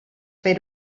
fer